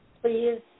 please